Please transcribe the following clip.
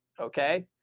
Okay